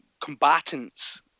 combatants